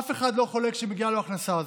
אף אחד לא חולק שמגיעה לו ההכנסה הזאת,